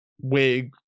wig